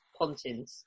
Pontins